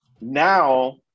now